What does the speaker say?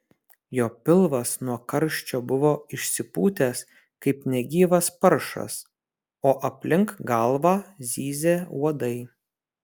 jo pilvas nuo karščio buvo išsipūtęs kaip negyvas paršas o aplink galvą zyzė uodai